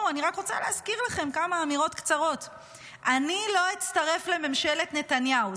אני רק רוצה להזכיר לכם כמה אמירות קצרות: אני לא אצטרף לממשלת נתניהו,